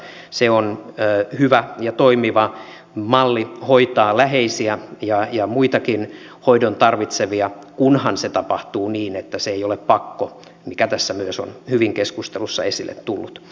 se on hyvä ja toimiva malli hoitaa läheisiä ja muitakin hoidon tarvitsevia kunhan se tapahtuu niin että se ei ole pakko mikä tässä myös on hyvin keskustelussa esille tullut